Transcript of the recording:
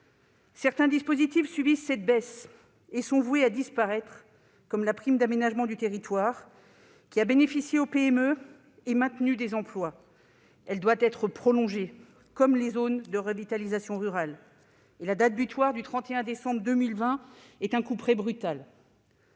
Certains dispositifs subissent cette baisse et sont voués à disparaître, comme la prime d'aménagement du territoire, qui a bénéficié aux PME et maintenu des emplois. Elle doit être prolongée, à l'instar des zones de revitalisation rurale : la date butoir du 31 décembre 2020 est un couperet brutal.